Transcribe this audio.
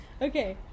Okay